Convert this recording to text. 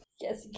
Yes